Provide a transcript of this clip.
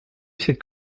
cette